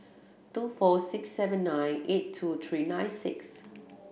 two four six seven nine eight two three nine six